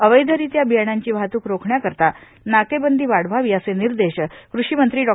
अवैधरित्या बियाण्यांची वाहतूक रोखण्याकरिता नाकेबंदी वाढवावी असे निर्देश कृषिमंत्री डॉ